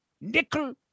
Nickel